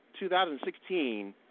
2016